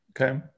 Okay